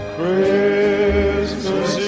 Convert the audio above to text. Christmas